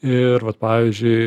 ir vat pavyzdžiui